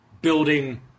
building